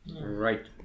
Right